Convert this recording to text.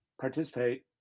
participate